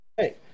Hey